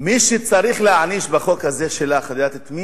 מי שצריך להעניש בחוק הזה שלך, את יודעת את מי?